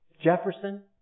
Jefferson